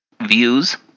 views